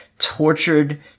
tortured